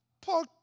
Paul